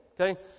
okay